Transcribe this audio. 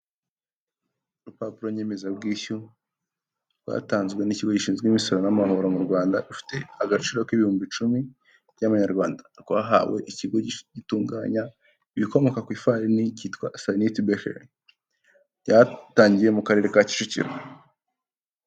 Urupapuro nyemezabwishyu rwatanzwe n'ikigo gishinzwe imisoro n'amahoro mu Rwanda rufite agaciro k'ibihumbi icumi by'aamanyarwanda rwahawe ikigo gitunganya ibikomoka ku ifarini kitwa sayinete befere byatangiye mu karere ka Kicukiro.